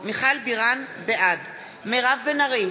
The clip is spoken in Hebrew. נוכח מיכל בירן, בעד מירב בן ארי,